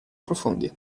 profondi